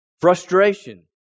Frustration